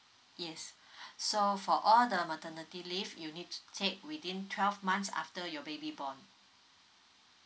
yes so for all the maternity leave you need to take within twelve months after your baby born